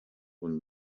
will